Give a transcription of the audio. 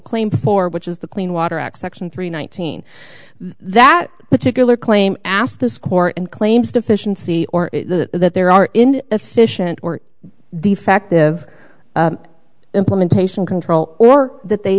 claim for which is the clean water act section three nineteen that particular claim asked this court and claims deficiency or that there are in efficient or defective implementation control or that they